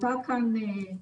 טוב.